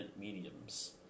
mediums